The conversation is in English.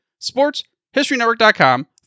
sportshistorynetwork.com